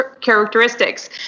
characteristics